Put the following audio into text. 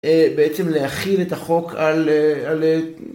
בעצם להכין את החוק על